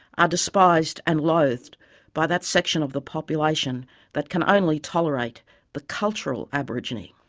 are despised and loathed by that section of the population that can only tolerate the cultural aborigine?